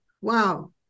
wow